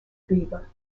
beaver